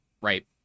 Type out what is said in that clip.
right